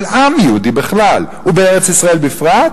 של עם יהודי בכלל ובארץ-ישראל בפרט,